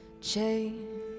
change